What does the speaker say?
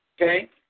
okay